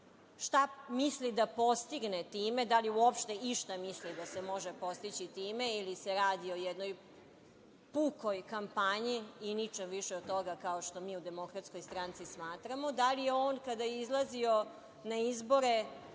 Šta misli da postigne time? Da li uopšte išta misli da se može postići time ili se radi o jednoj pukoj kampanji i ničem više od toga, kao što mi u DS smatramo? Da li je on, kada je izlazio na izbore,